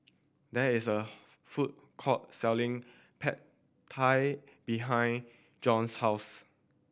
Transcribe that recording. there is a food court selling Pad Thai behind Jon's house